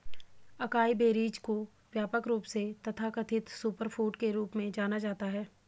acai berries को व्यापक रूप से तथाकथित सुपरफूड के रूप में जाना जाता है